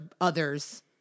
others